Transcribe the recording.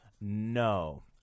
No